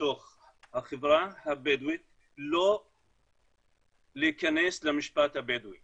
בתוך החברה הבדואית לא להיכנס למשפט הבדואי